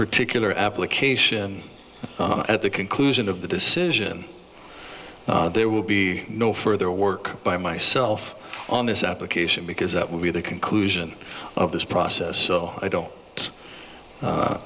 particular application at the conclusion of the decision there will be no further work by myself on this application because that will be the conclusion of this process so i don't